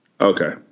Okay